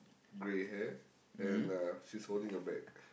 grey hair and uh she's holding a bag